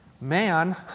Man